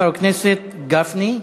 חבר הכנסת גפני,